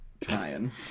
trying